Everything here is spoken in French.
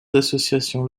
associations